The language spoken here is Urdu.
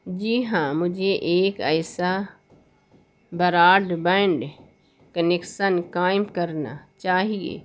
جی ہاں مجھے ایک ایسا براڈ بینڈ کنیکشن قائم کرنا چاہیے